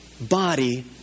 body